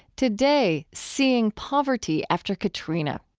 today, seeing poverty after katrina.